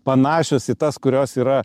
panašios į tas kurios yra